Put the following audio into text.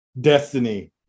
destiny